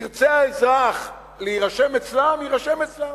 ירצה האזרח להירשם אצלם, יירשם אצלם.